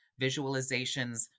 visualizations